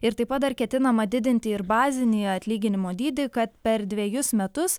ir taip pat dar ketinama didinti ir bazinį atlyginimo dydį kad per dvejus metus